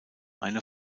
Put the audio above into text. eine